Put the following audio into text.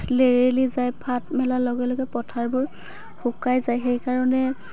লেৰেলি যায় ফাঁট মেলাৰ লগে লগে পথাৰবোৰ শুকাই যায় সেইকাৰণে